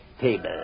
table